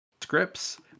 scripts